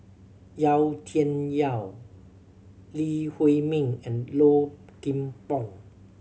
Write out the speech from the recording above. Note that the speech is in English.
Yau Tian Yau Lee Huei Min and Low Kim Pong